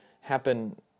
happen